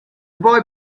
boy